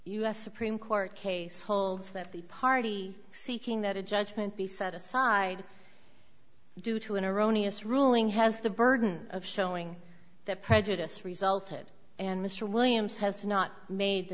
s supreme court case holds that the party seeking that a judgment be set aside due to an erroneous ruling has the burden of showing that prejudice resulted and mr williams has not made the